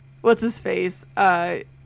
what's-his-face